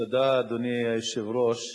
אדוני היושב-ראש,